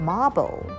Marble